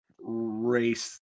race